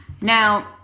Now